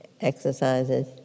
exercises